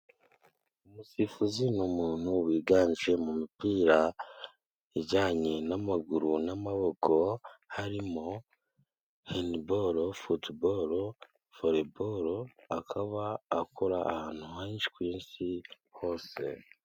Umusifuzi ni umuntuntu wiganje mu mipira ijyanye n'amaguru n'amaboko harimo: handiboro, futuboro voreboro, akaba akora ahantu henshi ku isi hose.